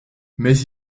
mais